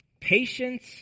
Patience